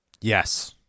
yes